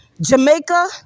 Jamaica